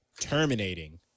terminating